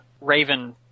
Raven